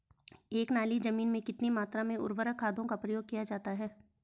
एक नाली जमीन में कितनी मात्रा में उर्वरक खादों का प्रयोग किया जाता है?